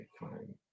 fine